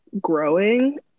growing